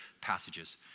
passages